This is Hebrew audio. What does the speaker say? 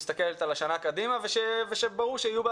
שמסתכלת על השנה קדימה ושברור שיהיו בה